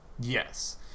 Yes